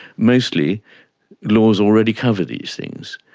mostly laws already cover these things,